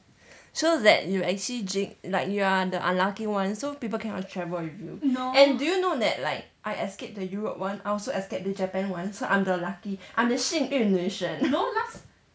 shows that you actually jin~ like you are the unlucky one so people cannot travel with you and do you know that like I escaped the europe [one] I also escape the japan [one] so I'm the lucky I'm the 幸运女神